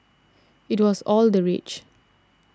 it was all the rage